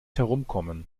herumkommen